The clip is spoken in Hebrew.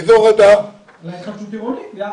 אתה היית בוחן את שווי השוק?